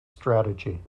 strategy